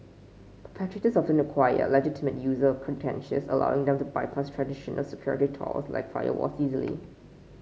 perpetrators often acquire legitimate user credentials allowing them to bypass traditional security tools like firewalls easily